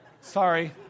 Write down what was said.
sorry